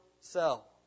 cell